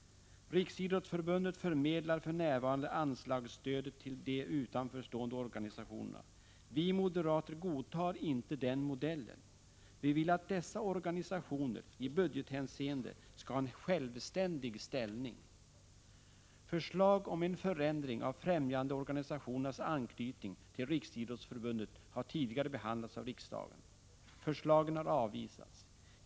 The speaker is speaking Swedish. Riksidrottsförbundet förmedlar för närvarande anslagsstödet till de utanförstående organisationerna. Vi moderater godtar inte den modellen. Vi vill att dessa organisationer i budgethänseende skall ha en självständig ställning. Förslag om en förändring av främjandeorganisationernas anknytning till Riksidrottsförbundet har tidigare behandlats av riksdagen. Förslagen har avvisats.